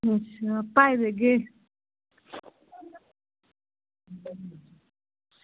अच्छा पाई देगे